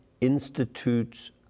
institutes